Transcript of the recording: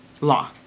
law